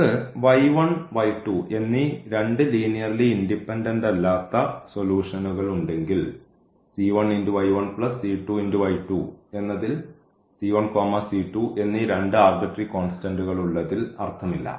നമുക്ക് എന്നീ രണ്ട് ലീനിയർലി ഇൻഡിപെൻഡൻറ് അല്ലാത്ത സൊലൂഷൻഉകൾ ഉണ്ടെങ്കിൽ എന്നതിൽ എന്നീ രണ്ട് ആർബിട്രറി കോൺസ്റ്റന്റ്കളുള്ളതിൽ അർത്ഥമില്ല